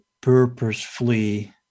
purposefully